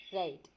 Right